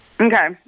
Okay